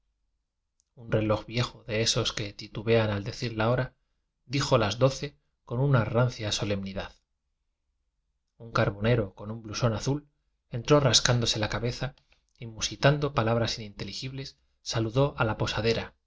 un reloj viejo de esos que titubean al decon una rancia so azul ent carb nero con un blusón azul entró rascándose la cabeza y musitando palabras ininteligibles saludó a la posa